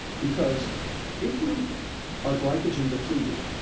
because if you are glycogen depleted,